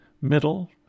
middle